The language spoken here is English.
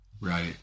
Right